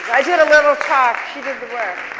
i did a little talk. she did the work.